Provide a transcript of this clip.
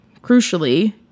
crucially